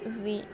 V